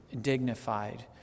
dignified